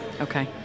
Okay